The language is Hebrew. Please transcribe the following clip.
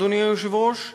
אדוני היושב-ראש,